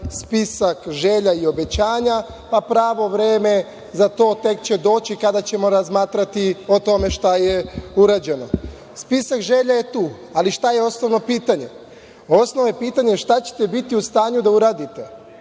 spisak želja i obećanja, pa pravo vreme za to tek će doći kada ćemo razmatrati o tome šta je urađeno. Spisak želja je tu, ali šta je osnovno pitanje. Osnovno pitanje – šta ćete biti u stanju da uradite